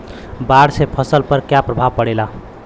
बाढ़ से फसल पर क्या प्रभाव पड़ेला?